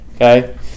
okay